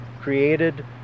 created